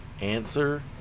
answer